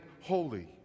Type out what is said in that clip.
holy